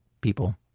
people